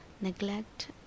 neglect